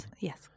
Yes